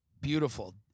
beautiful